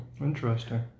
Interesting